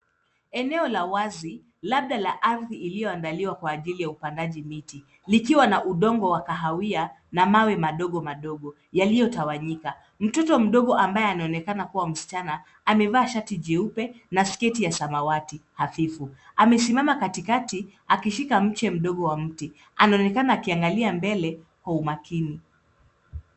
Eneo la wazi labda la ardhi iliyoandaliwa kwa ajili ya upandaji miti likiwa na udongo wa kahawia na mawe madogo madogo yaliyotawanyika. Mtoto mdogo ambaye anaonekana kuwa msichana amevaa shati jeupe na sketi ya samawati hafifu. Amesimama katikati akishika mche mdogo wa mti. Anaonekana akiangalia mbele kwa umaakini.